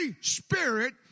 spirit